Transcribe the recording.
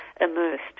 immersed